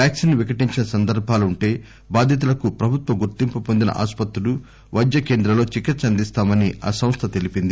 vaccine వికటించిన సందర్బాలు ఉంటే బాధితులకు ప్రభుత్వ గుర్తింపు వొందిన ఆసుపత్రులు వైద్య కేంద్రాల్లో చికిత్స అందిస్తామని ఆ సంస్థ తెలిపింది